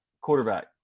quarterback